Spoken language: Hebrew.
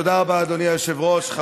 תודה רבה, אדוני היושב-ראש.